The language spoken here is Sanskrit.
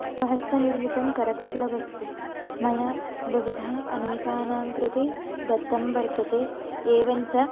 स्वहस्तनिर्मितं करकुशलवस्तु मया बहुधा अनेकानां कृते दत्तं वर्तते एवं च